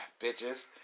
bitches